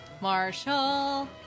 Marshall